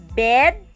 bed